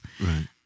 Right